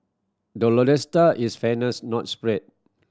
the lodestar is fairness not speed